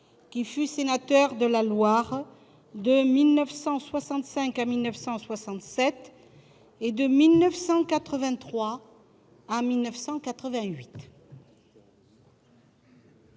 qui fut sénateur de la Loire de 1965 à 1967 et de 1983 à 1988.